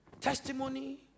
testimony